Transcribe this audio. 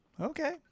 Okay